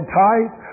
type